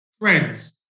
friends